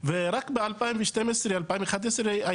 2012 או 2011,